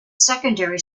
secondary